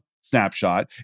snapshot